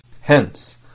Hence